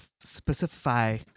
specify